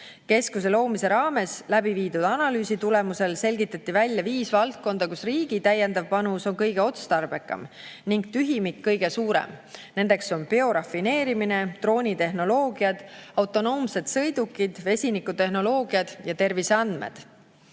Keskuse loomise raames läbi viidud analüüsi tulemusel selgitati välja viis valdkonda, kus riigi täiendav panus on kõige otstarbekam ning tühimik kõige suurem. Nendeks on biorafineerimine, droonitehnoloogiad, autonoomsed sõidukid, vesinikutehnoloogiad ja terviseandmed.